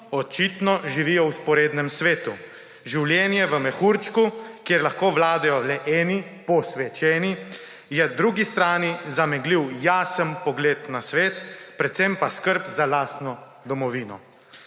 očitno živi v vzporednem svetu življenje v mehurčku, kjer lahko vladajo le eni posvečeni, je drugi strani zameglil jasen pogled na svet, predvsem pa skrb za lastno domovino.